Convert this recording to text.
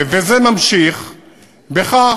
וזה ממשיך בכך,